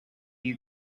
you